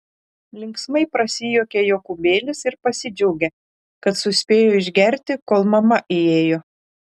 linksmai prasijuokė jokūbėlis ir pasidžiaugė kad suspėjo išgerti kol mama įėjo